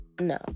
no